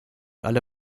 alle